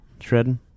shredding